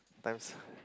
time's